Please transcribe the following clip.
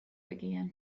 began